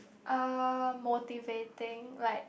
uh motivating like